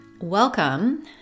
Welcome